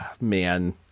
man